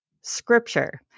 Scripture